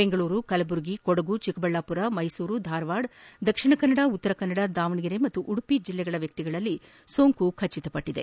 ಬೆಂಗಳೂರು ಕಲಬುರಗಿ ಕೊಡಗು ಚಿಕಬಳ್ಳಾಪುರ ಮೈಸೂರು ಧಾರವಾಡ್ ದಕ್ಷಿಣ ಕನ್ನಡ ಉತ್ತರ ಕನ್ನಡ ದಾವಣಗರೆ ಮತ್ತು ಉಡುಪಿ ಜಿಲ್ಲೆಗಳ ವ್ಯಕ್ತಿಗಳಲ್ಲಿ ಸೋಂಕು ಖಚಿತಪಟ್ಟಿದೆ